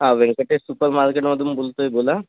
हा व्यंकटेश सुपर मार्केटमधून बोलतोय बोला